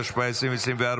התשפ"ה 2024,